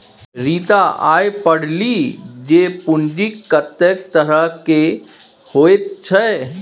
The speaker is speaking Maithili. रीता आय पढ़लीह जे पूंजीक कतेक तरहकेँ होइत छै